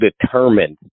determined